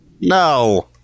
No